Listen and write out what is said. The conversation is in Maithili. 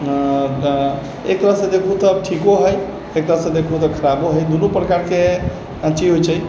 एक तरहसँ देखू तऽ ठीको हइ एक तरहसँ देखू तऽ खराबो हइ दुनू प्रकारके चीज होइ छै